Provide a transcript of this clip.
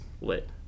lit